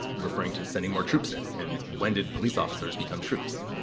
referring to sending more troops in. and when did police officers become troops?